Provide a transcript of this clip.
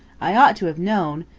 i ought to have known,